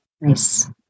Nice